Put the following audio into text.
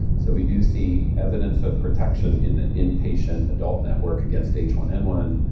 so, we do see evidence of protection in the inpatient adult network against h one n one,